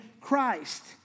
Christ